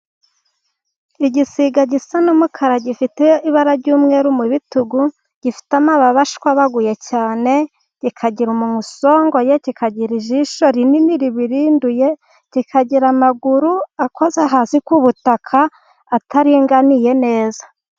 Igisiga gisa n'umukara gifite ibara ry'umweru mu bitugu, gifite amababa ashwabaguye cyane, kikagira umunwa usongoye, kikagira ijisho rinini ribirinduye, kikagira amaguru akoze hasi ku butaka, ataringaniye neza.